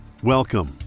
Welcome